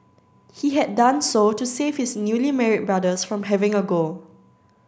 he had done so to save his newly married brothers from having to go